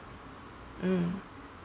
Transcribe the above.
mm